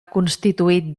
constituït